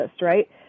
right